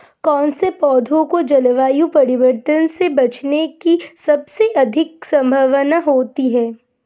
कौन से पौधे को जलवायु परिवर्तन से बचने की सबसे अधिक संभावना होती है?